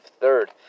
third